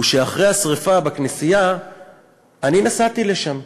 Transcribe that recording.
הוא שאחרי השרפה בכנסייה אני נסעתי לשם.